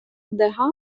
дега